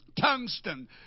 Tungsten